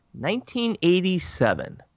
1987